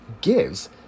gives